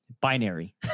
binary